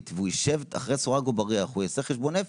והוא ישב אחרי סורג ובריח הוא יעשה חשבון נפש,